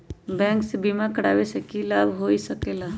Bank से बिमा करावे से की लाभ होई सकेला?